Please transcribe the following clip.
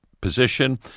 position